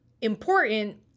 important